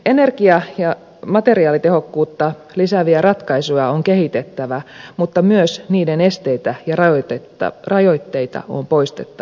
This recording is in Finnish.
energia ja materiaalitehokkuutta lisääviä ratkaisuja on kehitettävä mutta myös niiden esteitä ja rajoitteita on poistettava